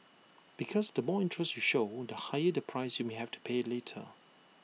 because the more interest you show wound the higher the price you may have to pay later